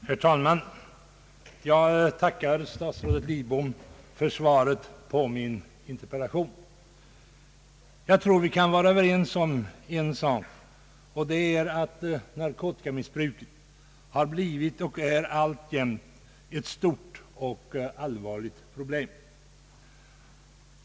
Herr talman! Jag tackar statsrådet Lidbom för svaret på min interpellation. Jag tror vi kan vara överens om en sak, nämligen att narkotikamissbruket alltjämt är ett stort och allvarligt problem.